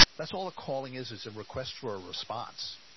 that's all a calling is, is a request for a response.